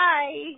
Bye